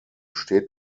steht